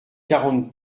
quarante